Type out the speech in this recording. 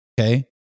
okay